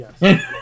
yes